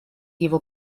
его